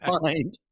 find